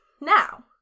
Now